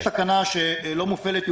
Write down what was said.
יש תקנה שלא מופעלת,